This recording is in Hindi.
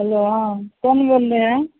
हेलो हाँ कौन बोल रहे हैं